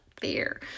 fair